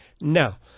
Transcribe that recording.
Now